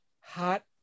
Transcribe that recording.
hot